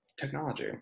technology